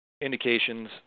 indications